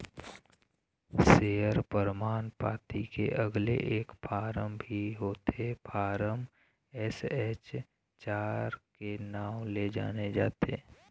share परमान पाती के अलगे एक फारम भी होथे फारम एस.एच चार के नांव ले जाने जाथे